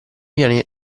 viene